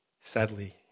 sadly